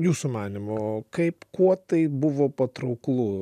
jūsų manymu o kaip kuo tai buvo patrauklu